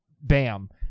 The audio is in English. bam